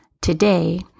Today